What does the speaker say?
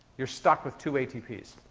you're stuck with two atps.